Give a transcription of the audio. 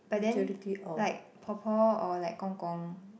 but then like Po-Po or like Gong-Gong